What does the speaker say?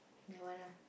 that one ah